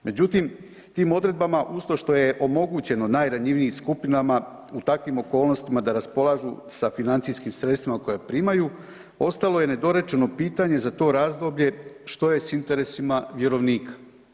Međutim, tim odredbama uz to što je omogućeno najranjivijim skupinama u takvim okolnostima da raspolažu sa financijskim sredstvima koje primaju ostalo je nedorečeno pitanje za to razdoblje što je s interesima vjerovnika.